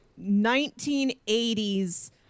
1980s